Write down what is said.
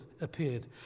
appeared